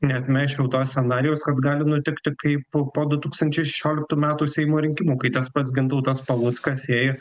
neatmesčiau to scenarijaus kad gali nutikti kaip po du tūkstančiai šešioliktų metų seimo rinkimų kai tas pats gintautas paluckas ėjo